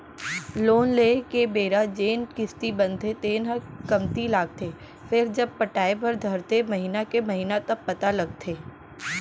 loan लेए के बेरा जेन किस्ती बनथे तेन ह कमती लागथे फेरजब पटाय बर धरथे महिना के महिना तब पता लगथे